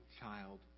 child